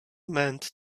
meant